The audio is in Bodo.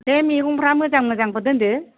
बे मैगंफ्रा मोजां मोजांखौ दोनदो